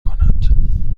کند